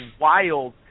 wild